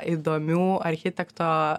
įdomių architekto